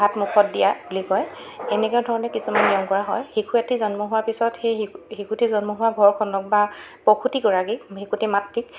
ভাত মুখত দিয়া বুলি কয় এনেকুৱা ধৰণে কিছুমন নিয়ম কৰা হয় শিশু এটি জন্ম হোৱাৰ পিছত সেই শিশুটি জন্ম হোৱা ঘৰখনক বা প্ৰসূতীগৰাকীক শিশুটিৰ মাতৃক